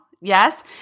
Yes